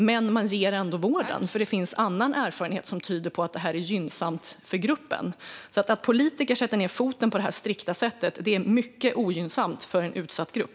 Men man ger ändå vården, för det finns annan erfarenhet som tyder på att den är gynnsam för gruppen. Att politiker sätter ned foten på detta strikta sätt är mycket ogynnsamt för en utsatt grupp.